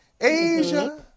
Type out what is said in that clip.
Asia